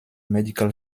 medical